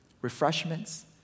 refreshments